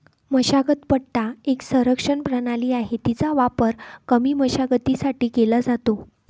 मशागत पट्टा एक संरक्षण प्रणाली आहे, तिचा वापर कमी मशागतीसाठी केला जातो